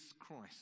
christ